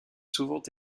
souvent